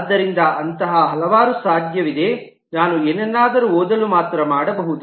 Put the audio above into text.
ಆದ್ದರಿಂದ ಅಂತಹ ಹಲವಾರು ಸಾಧ್ಯವಿದೆ ನಾನು ಏನನ್ನಾದರೂ ಓದಲು ಮಾತ್ರ ಮಾಡಬಹುದು